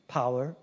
power